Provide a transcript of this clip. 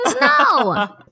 No